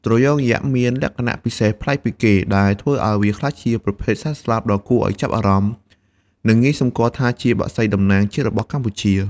ត្រយងយក្ស មានលក្ខណៈពិសេសប្លែកពីគេ ដែលធ្វើឲ្យវាក្លាយជាប្រភេទសត្វស្លាបដ៏គួរឲ្យចាប់អារម្មណ៍ និងងាយសម្គាល់ថាជាបក្សីតំណាំងជាតិរបស់កម្ពុជា។